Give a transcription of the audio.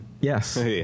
Yes